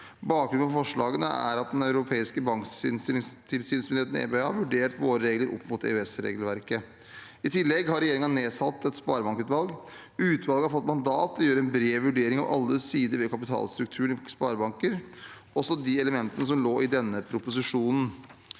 Bakgrunnen for forslagene er at den europeiske banktilsynsmyndigheten, EBA, har vurdert våre regler opp mot EØS-regelverket. I tillegg har regjeringen nedsatt et sparebankutvalg. Utvalget har fått mandat til å gjøre en bred vurdering av alle sider ved kapitalstrukturen i sparebanker, også de elementene som lå i denne proposisjonen.